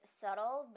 subtle